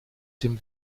dem